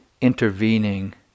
intervening